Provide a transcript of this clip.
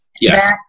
Yes